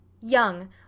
Young